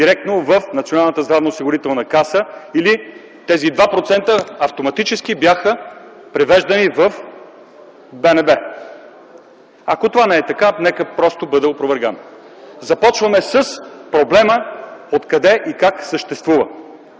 каса, или тези 2% автоматически бяха превеждани в БНБ. Ако това не е така, нека просто бъде опровергано. Започваме с проблема – откъде и как съществува